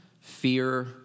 fear